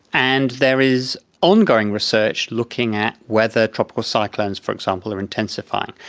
and there is ongoing research looking at whether tropical cyclones, for example, are intensifying.